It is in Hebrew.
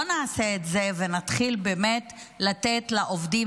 בוא נעשה את זה ונתחיל באמת לתת לעובדים